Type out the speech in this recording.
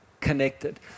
connected